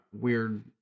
Weird